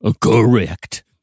correct